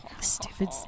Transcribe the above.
Stupid